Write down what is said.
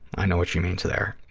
i know what she means there.